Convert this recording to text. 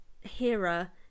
hera